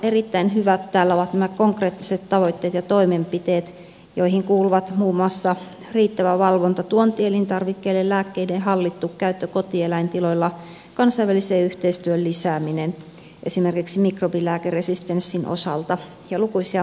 erittäin hyvät täällä ovat nämä konkreettiset tavoitteet ja toimenpiteet joihin kuuluvat muun muassa riittävä valvonta tuontielintarvikkeille lääkkeiden hallittu käyttö kotieläintiloilla kansainvälisen yhteistyön lisääminen esimerkiksi mikrobilääkeresistenssin osalta ja lukuisat muut toimenpiteet